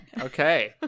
Okay